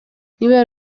niba